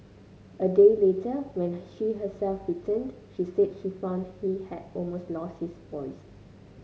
a day later when she herself returned she said she found he had almost lost his voice